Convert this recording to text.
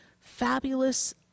fabulous